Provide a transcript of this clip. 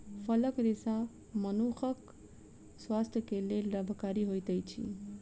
फलक रेशा मनुखक स्वास्थ्य के लेल लाभकारी होइत अछि